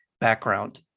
background